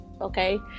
okay